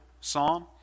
psalm